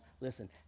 listen